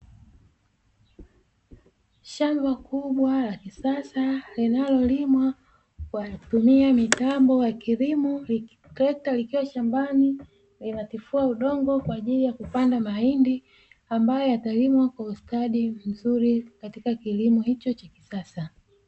Shamba kubwa la kisasa linalolimwa kwa kutumia mitambo ya kilimo. Trekta likiwa shambani linatifua udongo kwa ajili ya kupanda mahindi ambayo yatalimwa kwa ustadi mzuri katika kilimo hicho cha kisasa.